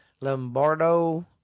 Lombardo